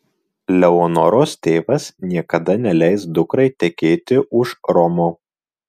leonoros tėvas niekada neleis dukrai tekėti už romo